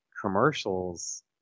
commercials